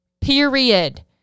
period